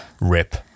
Rip